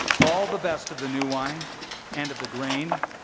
all the best of the new wine and of the grain,